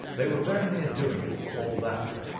they were very near doing it for all that.